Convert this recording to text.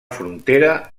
frontera